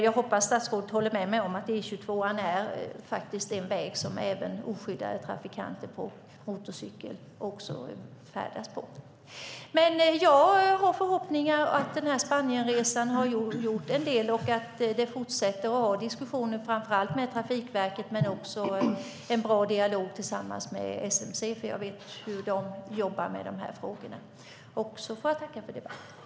Jag hoppas att statsrådet håller med mig om att E22:an är en väg som även oskyddade trafikanter på motorcykel färdas på. Jag har förhoppningar om att den här Spanienresan har gjort en del och att man fortsätter att ha diskussioner framför allt med Trafikverket men också att man har en bra dialog tillsammans med SMC, för jag vet hur de jobbar med de här frågorna. Jag får tacka för debatten.